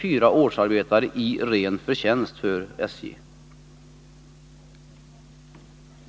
per man för 134 årsarbetare.